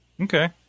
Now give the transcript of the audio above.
Okay